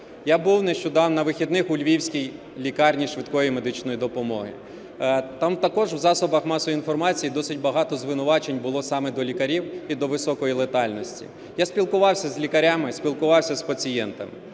Я був нещодавно, на вихідних, у Львівській лікарні швидкої медичної допомоги. Там також у засобах масової інформації досить багато звинувачень було саме до лікарів і до високої летальності. Я спілкувався з лікарями, спілкувався з пацієнтами.